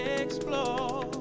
explore